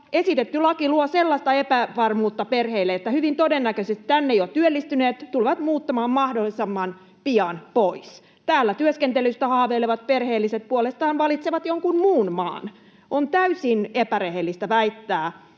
esitetty laki luo sellaista epävarmuutta perheille, että hyvin todennäköisesti tänne jo työllistyneet tulevat muuttamaan mahdollisimman pian pois. Täällä työskentelystä haaveilevat perheelliset puolestaan valitsevat jonkun muun maan. On täysin epärehellistä väittää,